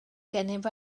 gennyf